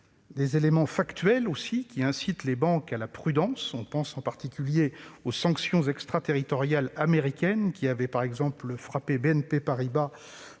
des éléments factuels incitant les banques à la prudence : je pense en particulier aux sanctions extraterritoriales américaines, qui avaient frappé BNP Paribas